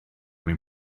mewn